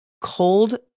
cold